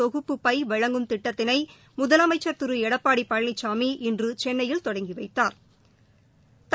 தொகுப்பு பை வழங்கும் திட்டத்தினை முதலமைச்சர் திரு எடப்பாடி பழனிசாமி இன்று சென்னையில் தொடங்கி வைத்தாா்